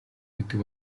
гэдэг